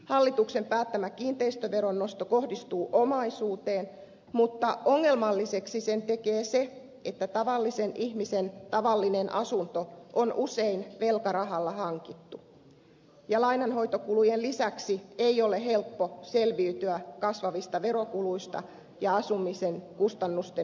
hallituksen päättämä kiinteistöveron nosto kohdistuu omaisuuteen mutta ongelmalliseksi sen tekee se että tavallisen ihmisen tavallinen asunto on usein velkarahalla hankittu ja lainanhoitokulujen lisäksi ei ole helppo selviytyä kasvavista verokuluista ja asumisen kustannusten noususta